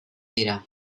dira